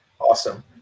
awesome